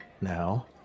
now